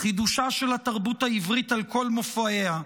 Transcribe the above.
חידושה של התרבות העברית על כל מופעיה,